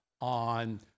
on